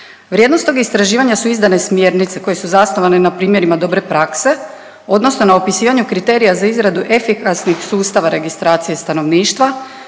Vrijednost tog istraživanja su izdane smjernice koje su zasnovane na primjerima dobre prakse odnosno na opisivanju kriterija za izradu efikasnih sustava registracije stanovništva